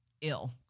ill